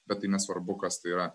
bet tai nesvarbu kas tai yra